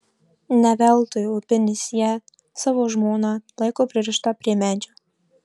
ne veltui upinis ją savo žmoną laiko pririštą prie medžio